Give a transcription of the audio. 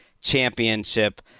Championship